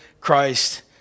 Christ